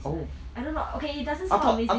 it's like I don't know okay it doesn't sound amazing